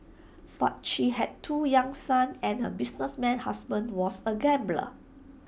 but she had two young sons and her businessman husband was A gambler